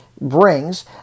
brings